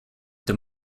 des